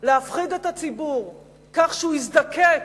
להפחיד את הציבור כך שהוא יזדקק